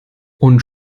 und